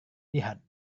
lihat